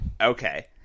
Okay